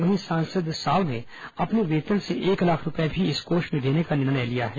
वहीं सांसद साव ने अपने वेतन से एक लाख रूपये भी इस कोष में देने का निर्णय लिया है